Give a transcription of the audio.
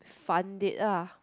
fund it lah